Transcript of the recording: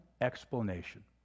explanation